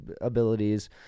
abilities